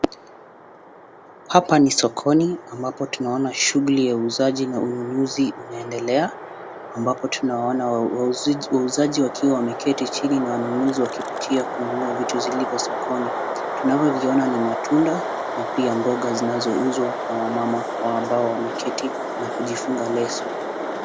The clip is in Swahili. Hapa ni sokoni ambapo tunaona shuguli ya uuzaji na ununuzi unaendelea, ambapo tunawaona wauzaji wakiwa wameketi chini na wanunuzi wakipitia kununua vitu zilivyo sokoni. Tunavyo viona ni matunda na pia mboga zinazouzwa na wamama ambao wameketi na kujifunga leso.